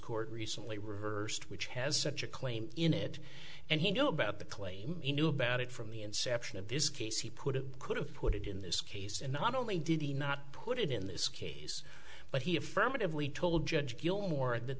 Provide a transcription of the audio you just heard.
court recently reversed which has such a claim in it and he know about the claim he knew about it from the inception of this case he put it could have put it in this case and not only did he not put it in this case but he affirmatively told judge gilmore th